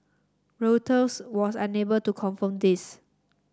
Reuters was unable to confirm this